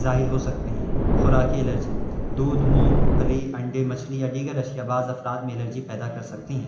ظاہر ہو سکتے ہیں خوراک کی الرجی دودھ مونگ پھلی انڈے مچھلی یا دیگر اشیاء بعض افراد میں الرجی پیدا کر سکتے ہیں